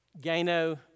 Gano